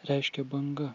reiškia banga